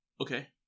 okay